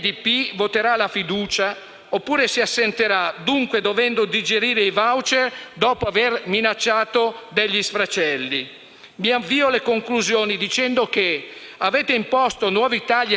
Mi avvio alle conclusioni dicendo che avete imposto nuovi tagli e sacrifici al Paese. Eppure, 3,1 miliardi - lo sottolineo - rappresentano i due terzi dei costi